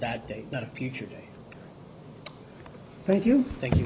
that day not a future day thank you thank you